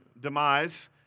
demise